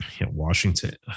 Washington